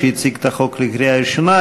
שהציג את החוק לקריאה ראשונה.